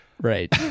Right